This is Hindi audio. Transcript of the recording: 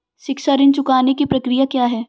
शिक्षा ऋण चुकाने की प्रक्रिया क्या है?